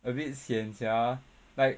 a bit sian sia like